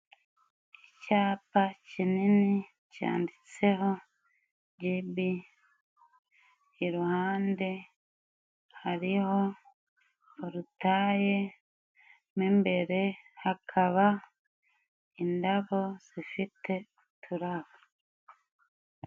Icyapa kinini cyanditseho" jyibi", iruhande hariho porutaye, mo imbere hakaba indabo zifite uturabo.